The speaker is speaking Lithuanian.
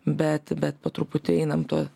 bet bet po truputį einam tuo